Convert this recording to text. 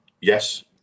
Yes